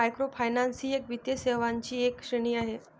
microfinance ही वित्तीय सेवांची एक श्रेणी आहे